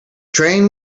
train